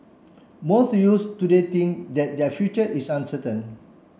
most youths today think that their future is uncertain